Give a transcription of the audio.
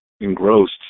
engrossed